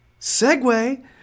segue